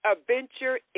adventure